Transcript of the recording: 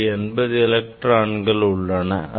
இதில் 80 எலக்ட்ரான்கள் உள்ளன